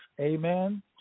Amen